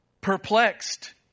Perplexed